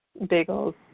bagels